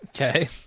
Okay